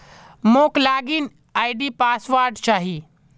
मोक log in ID आर password चाहि